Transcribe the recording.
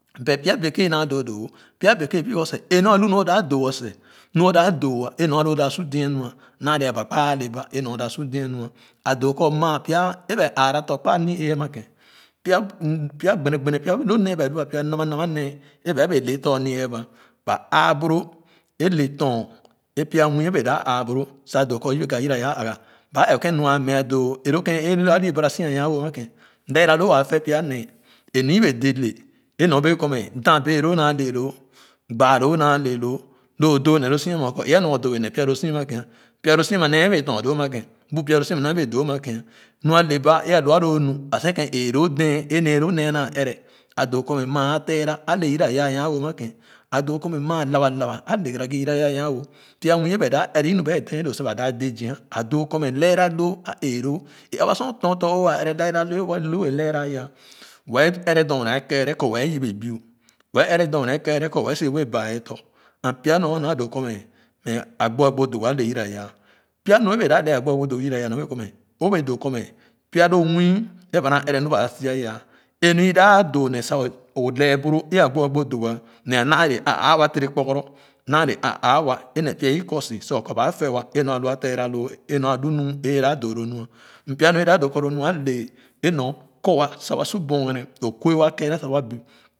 But pya beké naa doowo pya beke bip sa kɔ é nu a lu nu o de doo-a seh nu o da doo wa énor a lo da su dé nu a naa le a ba kpa ale ba énor a lo da su dé nu a de an nua a doo kɔ maa pya éba aa tɔ̃ kpa a li aa-ma kèn pya m pya gbene gbene lo nee ba loa nama nama nee e ba bee le tɔ̃ a ni-ee ama ba aaboro é le tɔn é pya nwii e bee da aa boro sa doo kɔ yebe ka yiraya a aaga ba ɛp kèn nu a mieah doo é lo ken é ali bara si a nya wo ama ken leera loo a fɛ pya nee é nu bee dé le é nyor bee kɔ mɛ da bee le naa le loo gbaaloo naale loo lo doo ne lo si ama okɔ mɛ é anya o doo nee pya loo si ama ken pya loo si ama ne bee tɔn doo ama ken nu a le ba é alu a loo nu a segne eeloo dee é nee é loo nee a naa ɛrɛ a doo kɔ mɛ maa a fera a le yira yah a nya wo ama ken a doo kɔ mɛ maa labalaba ale gara gi yira yah a nya-no pya müü be a dap ɛrɛ nu bee ten doo sa ba da de zia a doo kɔ mɛ lẽẽra loo a ee loo aba sor o tɔn tɔ̃ o waa ɛrɛ leera loo lo e lẽẽra ayah wɛɛ ɛrɛ dona a kɛɛrɛ kɔ wɛɛ si wee baa kh tɔ̃ and pya nu a ma nua doo kɔ mɛ a gbo agbo dogo ale yirayah pya nu é bee doo kɔ mɛ pya nwii é ba na ɛrɛ nu baa si aya e-nwi da doo ne sa o lɛɛ boro e a gboagbo dogo ne a naa le a aa wa ture kpuguru naa le a aa waa e ne pya ikorsi sa o kɔ baa fɛ wa nor a lu a tera loo e nu alu nu doo lo nua m pya nu e da doo kɔ lo nu alɛɛ é nor kɔ wa sa su bogene o kue wa a kɛɛrɛ ga wa bip